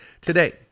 today